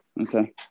Okay